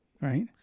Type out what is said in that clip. Right